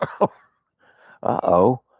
Uh-oh